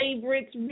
favorites